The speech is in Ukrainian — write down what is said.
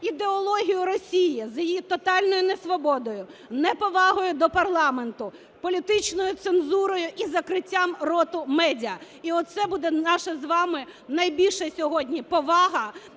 ідеологію Росії з її тотальною несвободою, неповагою до парламенту, політичною цензурою і закриттям рота медіа. І оце буде наша з вами найбільша сьогодні повага